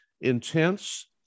intense